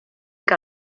que